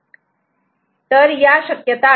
तर या शक्यता आहेत